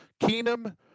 Keenum